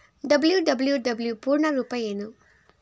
WWW ಪೂರ್ಣ ರೂಪ ಏನು?